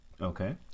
Okay